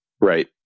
Right